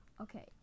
okay